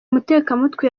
mutekamutwe